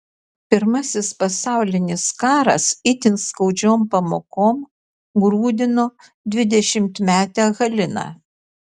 pirmasis pasaulinis karas itin skaudžiom pamokom grūdino dvidešimtmetę haliną